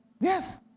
Yes